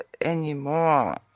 anymore